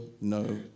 no